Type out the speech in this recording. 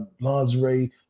lingerie